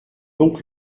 donc